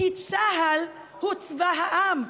כי צה"ל הוא צבא העם,